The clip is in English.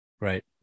Right